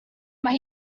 mae